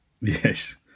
Yes